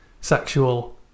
sexual